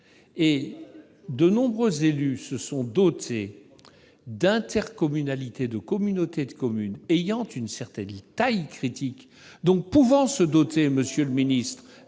De nombreux élus se sont dotés d'intercommunalités, de communautés de communes ayant une certaine taille critique, donc pouvant se doter, monsieur le ministre,